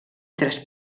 tres